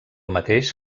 mateix